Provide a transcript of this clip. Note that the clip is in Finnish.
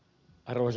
ruis